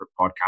podcast